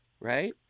Right